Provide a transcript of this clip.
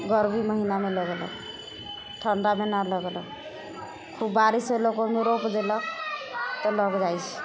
गरमी महीनामे लगेलक ठंडामे नहि लगेलक खूब बारिश होलक ओहिमे रोप देलक तऽ लागि जाइत छै